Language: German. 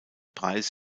preis